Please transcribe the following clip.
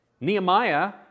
Nehemiah